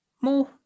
more